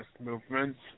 movements